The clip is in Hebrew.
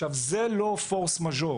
זה לא פורס מאז'ור.